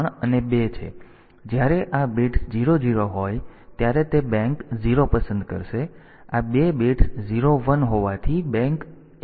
તેથી જ્યારે આ બિટ્સ 0 0 હોય ત્યારે તે બેંક 0 પસંદ કરશે આ 2 બિટ્સ 0 1 હોવાથી બેંક 1 પસંદ કરશે